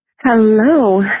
Hello